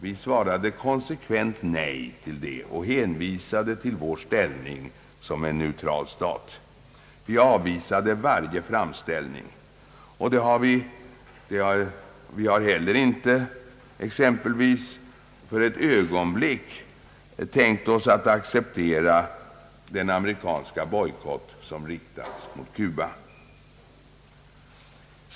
Vi svarade konsekvent nej till dessa påtryckningar med hänvisning till vår ställning som en neutral stat. Vi avvisade varje framställning. Inte för ett ögonblick har vi heller tänkt oss acceptera den amerikanska bojkott som riktats mot Kuba.